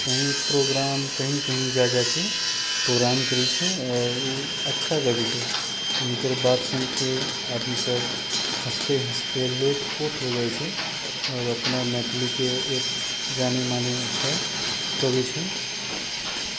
कहीँ प्रोग्राम कहीँ कहीँ जा जाकऽ प्रोग्राम करै छै आओर ओ अच्छा लगै छै हुनकर बात सुनिकऽ आदमी सब हँसिते हँसिते लोट पोट हो जाइ छै आओर अपना मैथिलीके एक जानल मानल छै कवि छै